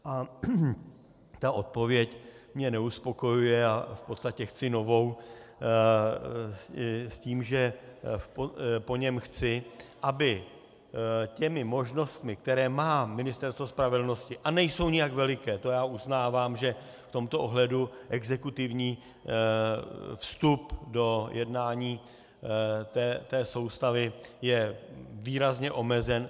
A ta odpověď mě neuspokojuje a v podstatě chci novou s tím, že po něm chci, aby těmi možnostmi, které má Ministerstvo spravedlnosti a nejsou nijak veliké, to uznávám, že v tomto ohledu exekutivní vstup do jednání té soustavy je výrazně omezen.